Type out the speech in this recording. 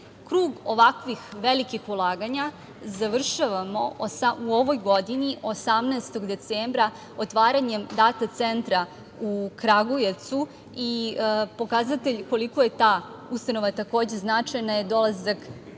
ovakvih velikih ulaganja završavamo u ovoj godini, 18. decembra otvaranjem Data centra u Kragujevcu i pokazatelj koliko je ta ustanova takođe značajna je dolazak